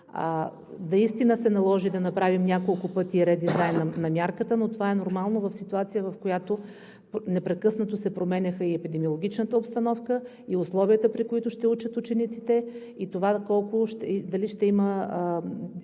Наистина се наложи да направим няколко пъти редизайна на мярката, но това е нормално в ситуация, в която непрекъснато се променяха и епидемиологичната обстановка, и условията, при които ще учат учениците – дали ще има